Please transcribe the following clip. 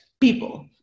people